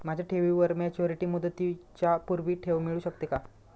माझ्या ठेवीवर मॅच्युरिटी मुदतीच्या पूर्वी ठेव मिळू शकते का?